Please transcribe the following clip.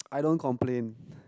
I don't complain